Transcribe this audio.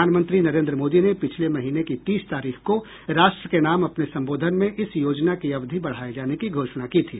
प्रधानमंत्री नरेंद्र मोदी ने पिछले महीने की तीस तारीख को राष्ट्र के नाम अपने संबोधन में इस योजना की अवधि बढ़ाये जाने की घोषणा की थी